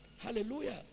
Hallelujah